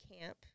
camp